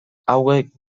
hauek